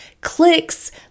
clicks